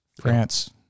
France